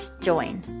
join